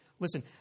Listen